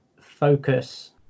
focus